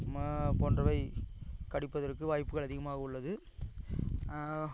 ம போன்றவை கடிப்பதற்கு வாய்ப்புகள் அதிகமாக உள்ளது